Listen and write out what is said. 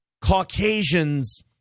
Caucasians